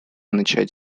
начать